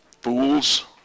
fools